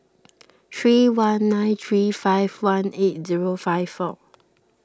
three one nine three five one eight zero five four